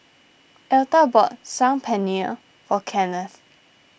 Elta bought Saag Paneer or Kennith